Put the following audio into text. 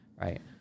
right